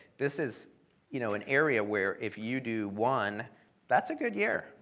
this is you know an area where if you do one that's a good year.